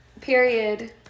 Period